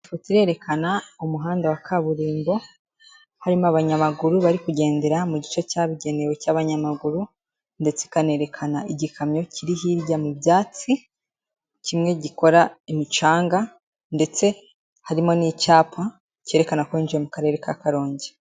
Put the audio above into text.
Ifoto irerekana umuhanda wa kaburimbo, harimo abanyamaguru bari kugendera mu gice cyabugenewe cy'abanyamaguru, ndetse ikanerekana igikamyo kiri hirya mu byatsi, kimwe gikora imicanga, ndetse harimo n'icyapa cyerekana ko winjiye mu karere ka Karongi.